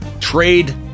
Trade